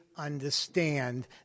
understand